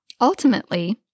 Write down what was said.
Ultimately